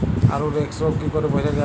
আলুর এক্সরোগ কি করে বোঝা যায়?